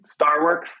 Starworks